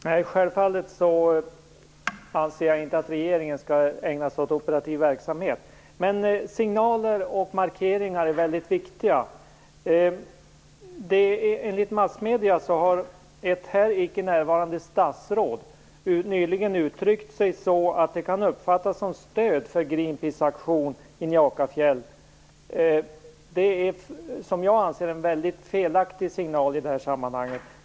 Herr talman! Självfallet anser jag inte att regeringen skall ägna sig åt operativ verksamhet, men signaler och markeringar är väldigt viktiga. Enligt massmedierna har ett här icke närvarande statsråd nyligen uttryckt sig så att det kan uppfattas som stöd för Greenpeaces aktion i Njakafjäll. Det är, anser jag, en väldigt felaktig signal i sammanhanget.